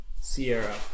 Sierra